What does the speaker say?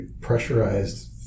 pressurized